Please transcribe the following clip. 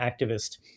activist